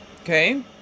Okay